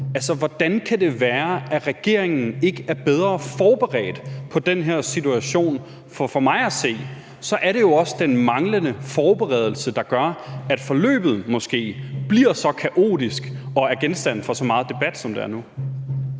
Hvordan kan det være, at regeringen ikke er bedre forberedt på den her situation? For mig at se er det jo også den manglende forberedelse, der gør, at forløbet måske bliver så kaotisk og er genstand for så meget debat, som det er nu.